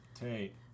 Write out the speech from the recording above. Tate